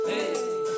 Hey